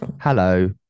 Hello